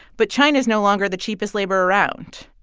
but china is no longer the cheapest labor around.